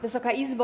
Wysoka Izbo!